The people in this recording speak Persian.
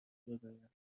بیاورند